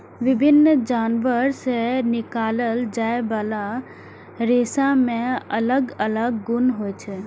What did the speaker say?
विभिन्न जानवर सं निकालल जाइ बला रेशा मे अलग अलग गुण होइ छै